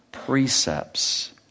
precepts